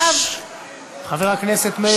חבר הכנסת מאיר כהן.